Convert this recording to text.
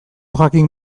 jakin